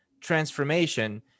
transformation